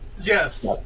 Yes